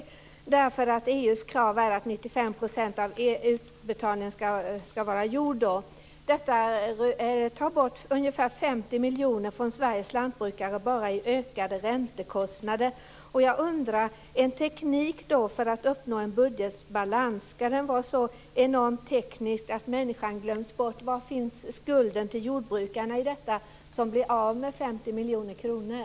Det gör man därför att EU:s krav är att 95 % av utbetalningen ska vara gjord då. Detta tar bort ungefär 50 miljoner från Sveriges lantbrukare bara i ökade räntekostnader. Jag undrar om en teknik för att uppnå budgetbalans ska vara så enormt teknisk att människan glöms bort. Var finns skulden till jordbrukarna i detta som blir av med 50 miljoner kronor?